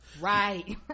right